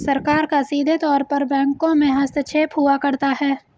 सरकार का सीधे तौर पर बैंकों में हस्तक्षेप हुआ करता है